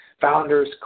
founders